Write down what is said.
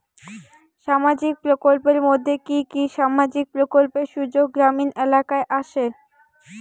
সামাজিক প্রকল্পের মধ্যে কি কি সামাজিক প্রকল্পের সুযোগ গ্রামীণ এলাকায় আসে?